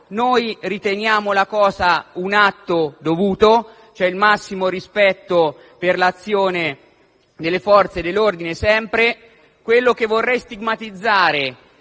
noi riteniamo la cosa un atto dovuto, c'è sempre il massimo rispetto per l'azione delle Forze dell'ordine. Ciò che vorrei stigmatizzare